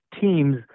teams